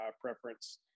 preference